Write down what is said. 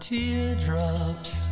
Teardrops